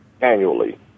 annually